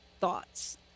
thoughts